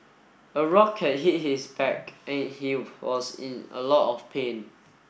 a rock had hit his back and he was in a lot of pain